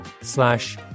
slash